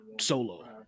solo